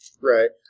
Right